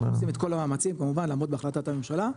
אנחנו עושים את כל המאמצים כמובן לעמוד בהחלטת הממשלה.